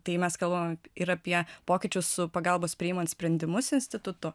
tai mes kalbame ir apie pokyčius su pagalbos priimant sprendimus institutu